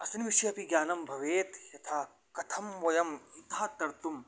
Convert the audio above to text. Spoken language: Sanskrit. अस्मिन् विषये अपि ज्ञानं भवेत् यथा कथं वयं इतः तर्तुम्